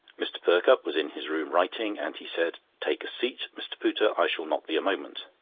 mr. perkupp was in his room writing, and he said take a seat, mr. pooter, i shall not be moment.